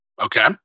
Okay